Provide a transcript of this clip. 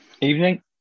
Evening